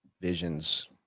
Visions